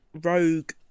rogue